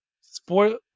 spoil